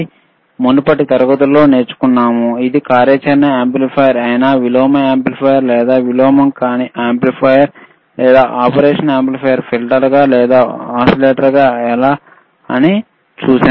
ఇది మునుపటి తరగతులలో నేర్చుకున్నాము ఇది ఆపరేషనల్ యాంప్లిఫైయర్ అయినా ఇన్వెర్టింగ్ యాంప్లిఫైయర్ లేదా నాన్ ఇన్వెర్టింగ్ యాంప్లిఫైయర్ లేదా ఆపరేషన్ యాంప్లిఫైయర్ ఫిల్టర్గా లేదా ఒక ఆసిలేటర్ గా ఎలా ఉంటుందో చూసాము